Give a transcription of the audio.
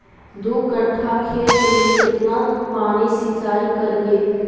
दू कट्ठा खेत में केतना पानी सीचाई करिए?